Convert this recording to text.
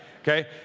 Okay